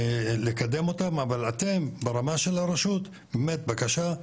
ולקדם אותם, אבל אתם ברמה של הרשות, באמת, בבקשה,